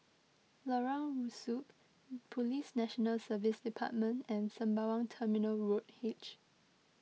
Lorong Rusuk Police National Service Department and Sembawang Terminal Road H